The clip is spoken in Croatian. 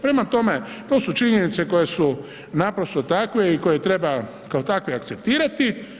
Prema tome, to su činjenice koje su naprosto takve i koje treba kao takve akceptirati.